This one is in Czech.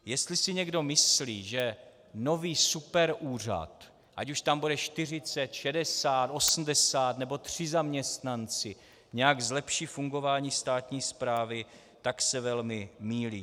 Jestli si někdo myslí, že nový superúřad, ať už tam bude čtyřicet, šedesát, osmdesát nebo tři zaměstnanci, nějak zlepší fungování státní správy, tak se velmi mýlí.